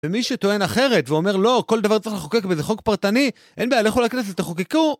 ומי שטוען אחרת ואומר, לא, כל דבר צריך לחוקק, וזה חוק פרטני, אין בעיה, לכו הכנסת תחוקקו.